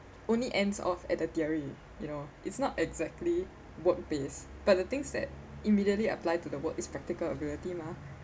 only ends off at the theory you know it's not exactly workplace but the things that immediately apply to the world is practical ability mah